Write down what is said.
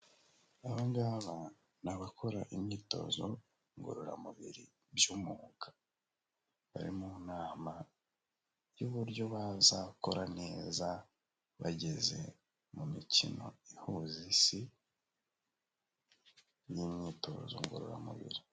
Aba ngaba ni abakora imyitozo ngororamubiri by'umwuga, bari mu nama y'uburyo bazakora neza bageze mu mikino ihuza isi n'imyitozo ngororamubiri.